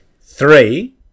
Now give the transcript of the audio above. Three